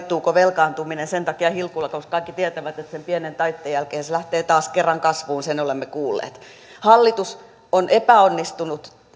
on taittuuko velkaantuminen sen takia hilkulla koska kaikki tietävät että sen pienen taitteen jälkeen se lähtee taas kerran kasvuun sen olemme kuulleet hallitus on epäonnistunut